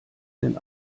denn